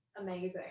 Amazing